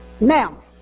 Now